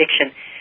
addiction